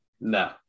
No